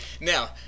Now